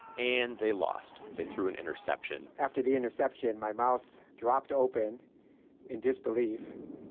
and they lost. they threw an interception after the interception, my mouth dropped open in disbelief.